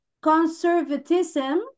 conservatism